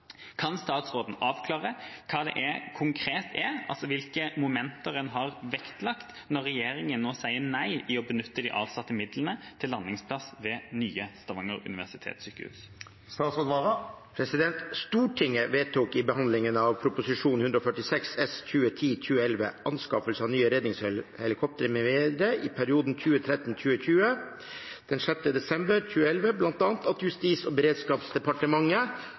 konkret er som hindrer regjeringen i å benytte de avsatte midlene til landingsplassen ved «Nye SUS»?» Stortinget vedtok ved behandlingen av Prop. 146 S for 2010–2011, Anskaffelse av nye redningshelikoptre mv. i perioden 2013–2020, den 6. desember 2011 at Justis- og beredskapsdepartementet